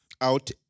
out